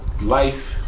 life